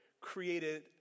created